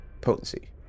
potency